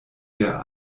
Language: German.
der